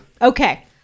okay